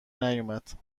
نیومد